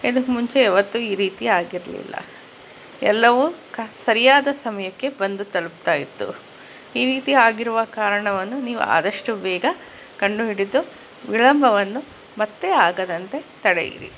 ಇದಕ್ಕೆ ಮುಂಚೆ ಯಾವತ್ತೂ ಈ ರೀತಿ ಆಗಿರಲಿಲ್ಲ ಎಲ್ಲವೂ ಕ ಸರಿಯಾದ ಸಮಯಕ್ಕೆ ಬಂದು ತಲುಪ್ತಾಯಿತ್ತು ಈ ರೀತಿ ಆಗಿರುವ ಕಾರಣವನ್ನು ನೀವು ಆದಷ್ಟು ಬೇಗ ಕಂಡುಹಿಡಿದು ವಿಳಂಬವನ್ನು ಮತ್ತೆ ಆಗದಂತೆ ತಡೆಯಿರಿ